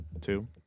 Two